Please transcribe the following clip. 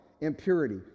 impurity